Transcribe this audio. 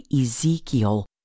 Ezekiel